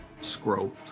scroll